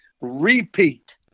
repeat